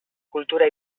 cultura